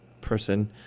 person